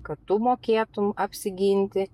kad tu mokėtum apsiginti